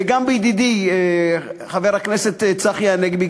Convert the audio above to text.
וגם ידידי חבר הכנסת צחי הנגבי,